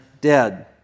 dead